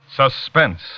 Suspense